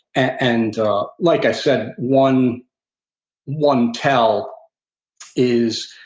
and ah like i said, one one tell is